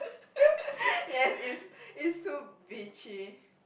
yes it's it's too beachy